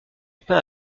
peint